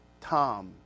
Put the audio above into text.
Tom